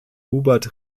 hubert